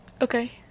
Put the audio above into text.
Okay